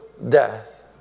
Death